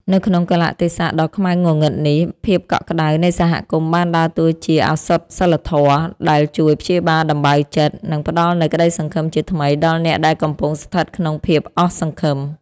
នៅក្នុងកាលៈទេសៈដ៏ខ្មៅងងឹតនេះ ភាពកក់ក្ដៅនៃសហគមន៍បានដើរតួជា ឱសថសីលធម៌ ដែលជួយព្យាបាលដំបៅចិត្ត និងផ្ដល់នូវក្ដីសង្ឃឹមជាថ្មីដល់អ្នកដែលកំពុងស្ថិតក្នុងភាពអស់សង្ឃឹម។